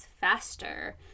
faster